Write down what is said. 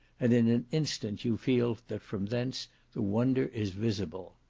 and in an instant you feel that from thence the wonder is visible.